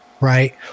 right